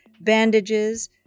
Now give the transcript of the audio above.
bandages